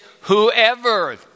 whoever